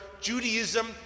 Judaism